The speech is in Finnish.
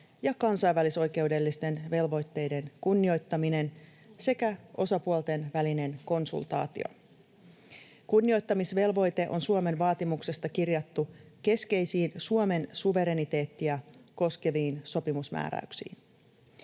ja kansainvälisoikeudellisten velvoitteiden kunnioittaminen sekä osapuolten välinen konsultaatio. Kunnioittamisvelvoite on Suomen vaatimuksesta kirjattu keskeisiin Suomen suvereniteettia koskeviin sopimusmääräyksiin.